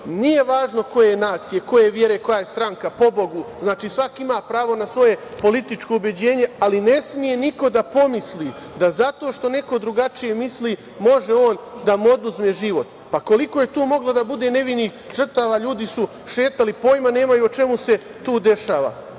Nije važno koje je nacije, koje je vere, koja je stranka, pobogu. Znači, svako ima pravo na svoje političko ubeđenje, ali ne sme niko da pomisli da zato što neko drugačije misli može on da mu oduzme život. Koliko je tu moglo da bude nevinih žrtava, ljudi su šetali, pojma nemaju o čemu se tu dešava? Šta